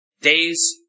Days